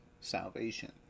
salvation